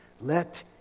let